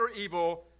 evil